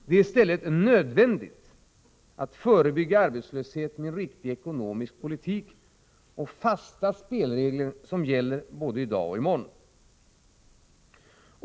Det är i stället nödvändigt att förebygga arbetslöshet med en riktig ekonomisk politik och fasta spelregler som gäller både i dag och i morgon.